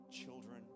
children